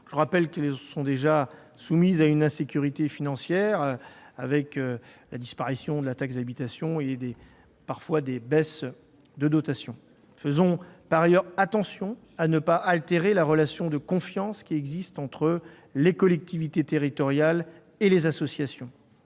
Je rappelle qu'elles sont déjà soumises à une insécurité financière, avec la disparition de la taxe d'habitation et, parfois, la poursuite de la baisse des dotations. Faisons, par ailleurs, attention à ne pas altérer la relation de confiance qui existe entre les collectivités territoriales et les associations.